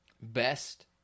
Best